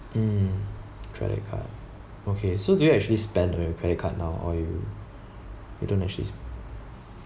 mm credit card okay so do you actually spend on your credit card now or you you don't actually s~